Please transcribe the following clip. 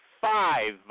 Five